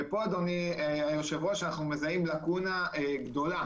כאן אדוני היושב ראש אנחנו מזהים לקונה גדולה